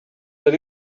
that